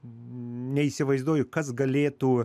neįsivaizduoju kas galėtų